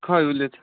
खै उसले त